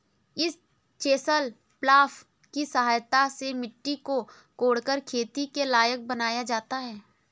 इस chisel plough की सहायता से मिट्टी को कोड़कर खेती के लायक बनाया जाता है